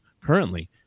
currently